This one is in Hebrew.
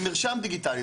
זה מרשם דיגיטלי,